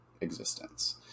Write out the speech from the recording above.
existence